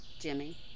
Jimmy